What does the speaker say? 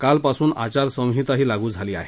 कालपासून आचारसंहिताही लागू झाली आहे